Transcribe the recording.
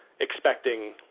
expecting